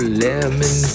lemon